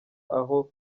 aho